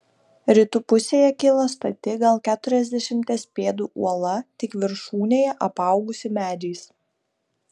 rytų pusėje kilo stati gal keturiasdešimties pėdų uola tik viršūnėje apaugusi medžiais